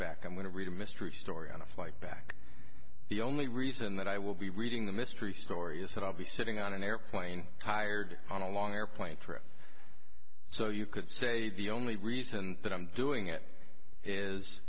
back i'm going to read a mystery story on a flight back the only reason that i will be reading the mystery story is that i'll be sitting on an airplane hired on a long airplane trip so you could say the only reason that i'm doing it is